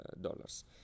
dollars